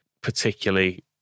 particularly